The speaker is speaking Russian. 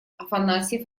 афанасьев